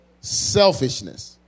Selfishness